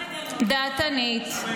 דעתנית,